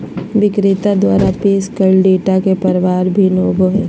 विक्रेता द्वारा पेश कइल डेटा के प्रकार भिन्न होबो हइ